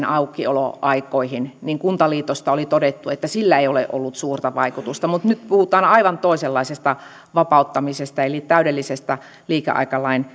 aukioloaikoihin niin kuntaliitosta oli todettu että niillä ei ole ollut suurta vaikutusta mutta nyt puhutaan aivan toisenlaisesta vapauttamisesta eli täydellisestä liikeaikalain